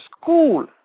school